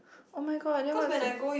oh-my-god then what is the